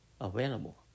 available